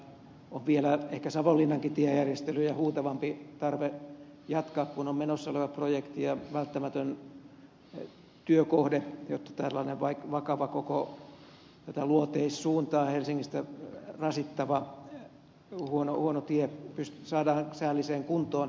siellä on vielä ehkä savonlinnankin tiejärjestelyjä huutavampi tarve jatkaa kun on menossa oleva projekti ja välttämätön työkohde jotta tällainen vakava koko luoteissuuntaa helsingistä rasittava huono tie saadaan säälliseen kuntoon